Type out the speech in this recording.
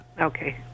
Okay